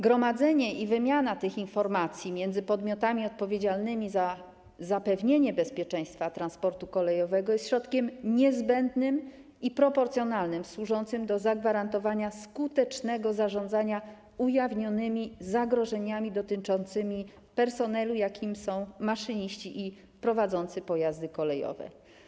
Gromadzenie i wymiana tych informacji między podmiotami odpowiedzialnymi za zapewnienie bezpieczeństwa transportu kolejowego jest środkiem niezbędnym i proporcjonalnym, służącym do zagwarantowania skutecznego zarządzania ujawnionymi zagrożeniami dotyczącymi personelu, jakim są maszyniści i prowadzący pojazdy kolejowe.